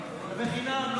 זה בחינם,